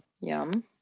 Yum